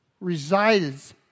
resides